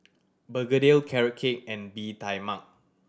begedil Carrot Cake and Bee Tai Mak